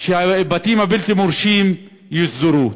שהבתים הבלתי-מורשים יוסדרו.